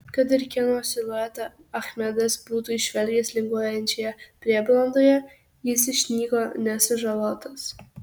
kad ir kieno siluetą achmedas būtų įžvelgęs linguojančioje prieblandoje jis išnyko nesužalotas